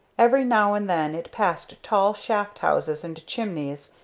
every now and then it passed tall shaft-houses and chimneys,